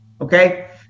okay